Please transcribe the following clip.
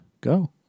Go